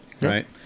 right